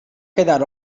quedar